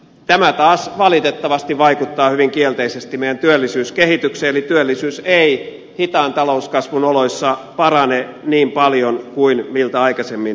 tämä taas valitettavasti vaikuttaa hyvin kielteisesti meidän työllisyyskehitykseemme eli työllisyys ei hitaan talouskasvun oloissa parane niin paljon kuin miltä aikaisemmin näytti